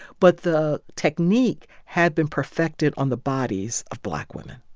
but the technique had been perfected on the bodies of black women